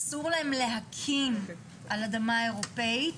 אסור להם להקים על אדמה אירופאית,